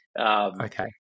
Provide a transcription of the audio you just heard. Okay